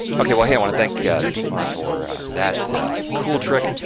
okay, well, hey, i want to thank dietmar for that cool trick.